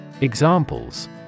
Examples